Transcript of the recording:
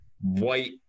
white